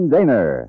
Daner